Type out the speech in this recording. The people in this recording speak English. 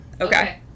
Okay